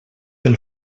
pel